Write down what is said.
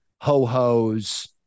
ho-hos